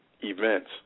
events